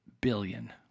billion